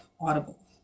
Audible